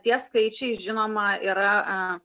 tie skaičiai žinoma yra